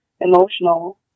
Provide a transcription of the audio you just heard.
emotional